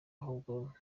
nubwo